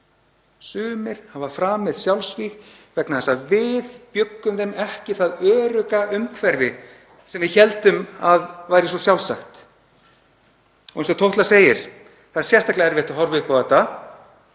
Sumir hafa framið sjálfsvíg vegna þess að við bjuggum þeim ekki það örugga umhverfi sem við héldum að væri svo sjálfsagt. Eins og Tótla segir þá er sérstaklega erfitt að horfa upp á þetta